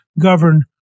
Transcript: govern